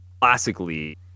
classically